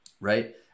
right